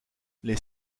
les